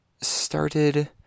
started